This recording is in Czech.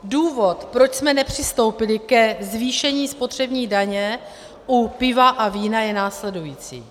Důvod, proč jsme nepřistoupili ke zvýšení spotřební daně u piva a vína, je následující.